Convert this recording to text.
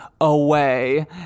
away